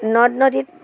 নদ নদীত